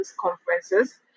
conferences